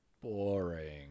boring